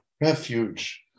Refuge